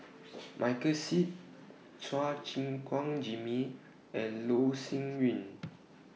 Michael Seet Chua Gim Guan Jimmy and Loh Sin Yun